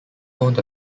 owned